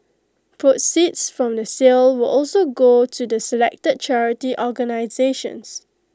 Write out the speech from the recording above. proceeds from the sale will also go to the selected charity organisations